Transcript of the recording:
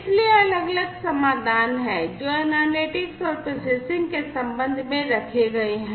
इसलिए अलग अलग समाधान हैं जो एनालिटिक्स और प्रोसेसिंग के संबंध में रखे गए हैं